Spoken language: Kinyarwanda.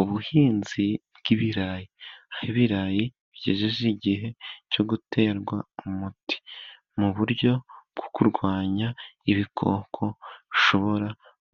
Ubuhinzi bw'ibirayi, Aho ibirayi bigejeje igihe cyo guterwa umuti, mu buryo bwo kurwanya ibikoko bishobora